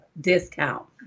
discount